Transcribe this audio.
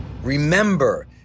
Remember